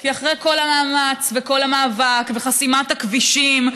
כי אחרי כל המאמץ וכל המאבק וחסימת הכבישים,